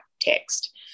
text